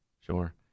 sure